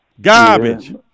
Garbage